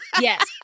Yes